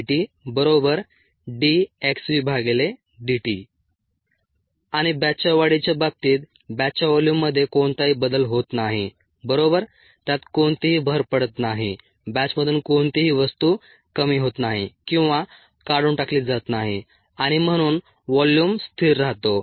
rgddtdxVdt आणि बॅचच्या वाढीच्या बाबतीत बॅचच्या व्हॉल्यूममध्ये कोणताही बदल होत नाही बरोबर त्यात कोणतीही भर पडत नाही बॅचमधून कोणतीही वस्तू कमी होत नाही किंवा काढून टाकली जात नाही आणि म्हणून व्हॉल्यूम स्थिर राहतो